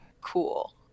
Cool